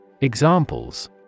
Examples